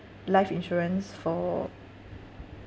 life insurance for